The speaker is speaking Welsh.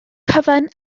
cyfan